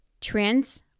trends